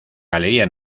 galería